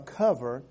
cover